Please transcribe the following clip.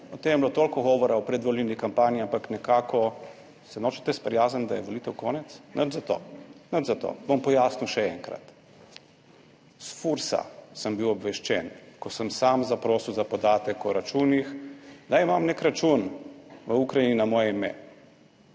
O tem je bilo toliko govora o predvolilni kampanji, ampak nekako se nočete sprijazniti, da je volitev konec. Nič za to, nič za to, bom pojasnil še enkrat. S Fursa sem bil obveščen, ko sem sam zaprosil za podatek o računih, da imam nek račun v Ukrajini na moje ime.